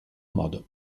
modo